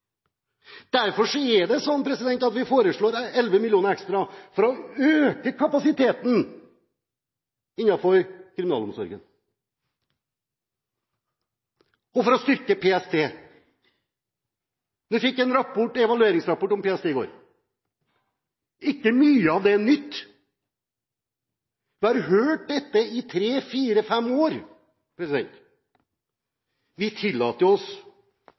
Derfor foreslår vi 11 mill. kr ekstra for å øke kapasiteten innenfor kriminalomsorgen, og for å styrke PST. Vi fikk en evalueringsrapport om PST i går. Ikke mye av det er nytt. Vi har hørt dette i tre, fire, fem år. Vi tillater oss